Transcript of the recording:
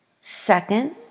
Second